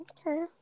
Okay